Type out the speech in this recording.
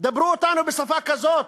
דברו אתנו בשפה כזאת.